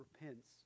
repents